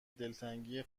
دلتنگی